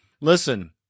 listen